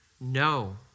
No